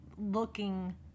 looking